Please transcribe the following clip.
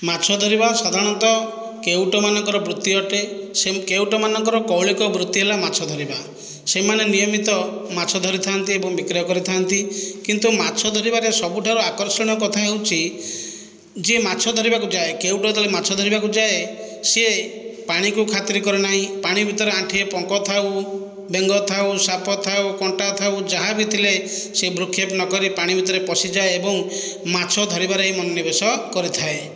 ମାଛ ଧରିବା ସାଧାରଣତଃ କେଉଁଟମାନଙ୍କର ବୃତ୍ତି ଅଟେ ସେମ୍ କେଉଁଟମାନଙ୍କର କୌଳିକ ବୃତ୍ତି ହେଲା ମାଛ ଧରିବା ସେମାନେ ନିୟମିତ ମାଛ ଧରିଥାନ୍ତି ଏବଂ ବିକ୍ରୟ କରିଥାନ୍ତି କିନ୍ତୁ ମାଛ ଧରିବାରେ ସବୁଠାରୁ ଆକର୍ଷଣୀୟ କଥା ହେଉଛି ଯିଏ ମାଛ ଧରିବାକୁ ଯାଏ କେଉଁଟ ଯେତେବେଳେ ମାଛ ଧରିବାକୁ ଯାଏ ସିଏ ପାଣିକୁ ଖାତିର୍ କରେ ନାହିଁ ପାଣି ଭିତରେ ଆଣ୍ଠିଏ ପଙ୍କ ଥାଉ ବେଙ୍ଗ ଥାଉ ସାପ ଥାଉ କଣ୍ଟା ଥାଉ ଯାହାବି ଥିଲେ ସେ ଭ୍ରୁକ୍ଷେପ ନକରି ପାଣି ଭିତରେ ପଶିଯାଏ ଏବଂ ମାଛ ଧରିବାରେ ମନୋନିବେଶ କରିଥାଏ